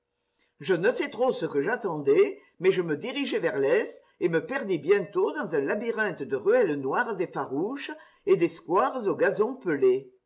je ne sais trop ce que j'attendais mais je me dirigeai vers l'est et me perdis bientôt dans un labyrinthe de ruelles noires et farouches et des squares aux gazons pelés